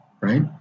right